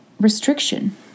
restriction